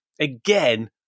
again